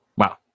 wow